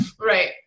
Right